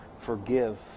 forgive